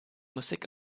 musik